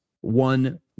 one